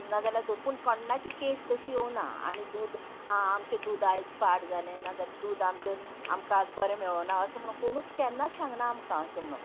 नाजाल्यार दूद पूण कोणाची केस तशी येवना आमी दूद आं आमचें दूद आयज पाड जालें नाजाल्यार दूद आमचें आमकां आयज बरें मेळोना अशें म्हणून कोणूच केन्नाच सांगना आमकां अशें म्हणोन